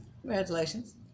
Congratulations